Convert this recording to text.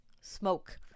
Smoke